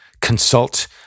consult